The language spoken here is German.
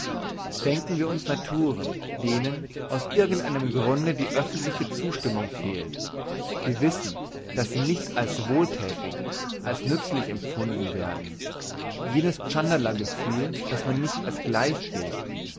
denken wir uns naturen denen aus irgend einem grunde die öffentliche zustimmung fehlt die wissen dass sie nicht als wohlthätig als nützlich empfunden werden jenes tschandala gefühl dass man nicht als gleich gilt